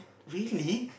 really